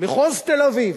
מחוז תל-אביב,